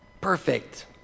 perfect